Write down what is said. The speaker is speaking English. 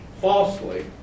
falsely